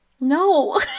No